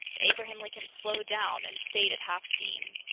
the abraham lincoln slowed down and stayed at half steam.